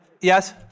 Yes